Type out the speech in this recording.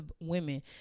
women